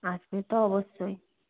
আসবে তো অবশ্যই